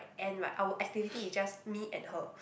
and like our activity is just me and her